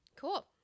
cool